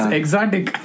exotic